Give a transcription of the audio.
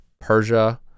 Persia